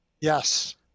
Yes